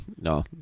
No